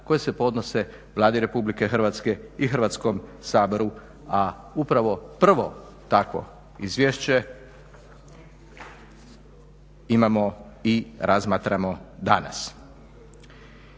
koji se podnose Vladi RH i Hrvatskom saboru, a upravo prvo takvo izvješće imamo i razmatramo danas.